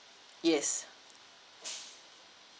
yes